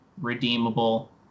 redeemable